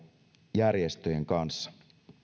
järjestöjen kanssa